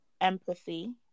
Empathy